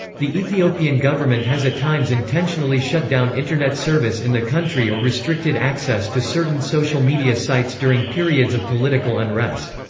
the ethiopian government has at times intentionally shut down internet service in the country or restricted access to certain social media sites during periods of political unrest.